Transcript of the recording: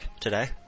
today